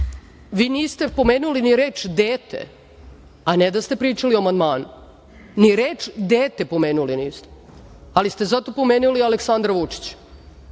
niste pomenuli ni reč „dete“, a ne da ste pričali o amandmanu. Ni reč „dete“ pomenuli niste, ali ste zato pomenuli Aleksandra Vučića.